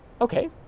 okay